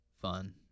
fun